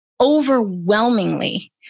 Overwhelmingly